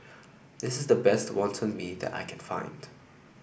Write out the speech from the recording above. this is the best Wonton Mee that I can find